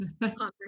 conversation